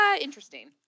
interesting